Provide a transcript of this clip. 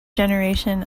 generation